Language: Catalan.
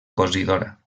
cosidora